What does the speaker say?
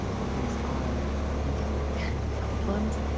that these are endemic problems.